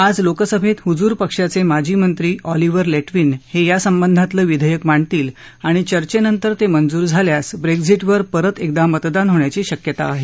आज लोकसभेत हुजूर पक्षाचे माजीमंत्री ऑलिव्हर लेटविन हे या संबंधातलं विधेयक मांडतील आणि चर्चेनंतर ते मंजूर झाल्यास ब्रेक्झिटवर परत एकदा मतदान होण्याची शक्यता आहे